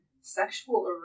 Sexual